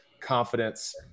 confidence